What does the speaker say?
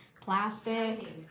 plastic